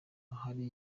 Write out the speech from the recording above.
ahari